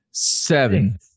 Seven